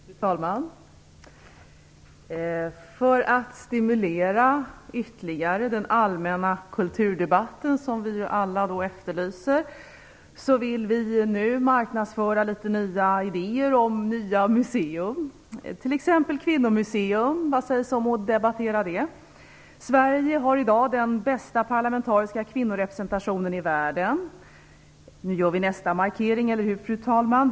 Fru talman! För att ytterligare stimulera den allmänna kulturdebatt som vi alla efterlyser vill Miljöpartiet nu marknadsföra en del idéer om nya museer. Vad sägs om t.ex. ett kvinnomuseum? Sverige har i dag den bästa parlamentariska kvinnorepresentationen i världen. Nu gör vi nästa markering - eller hur, fru talman?